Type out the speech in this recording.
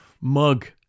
mug